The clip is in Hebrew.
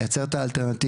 לייצר את האלטרנטיבה,